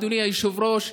אדוני היושב-ראש,